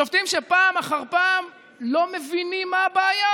שופטים שפעם אחר פעם לא מבינים מה הבעיה,